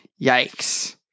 Yikes